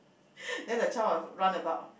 then the child will run about